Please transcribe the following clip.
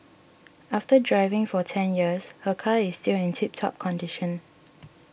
after driving for ten years her car is still in tip top condition